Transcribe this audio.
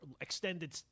extended